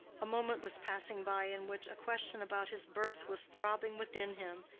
a moment was passing by in which a question about his birth was throbbing within him,